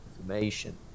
information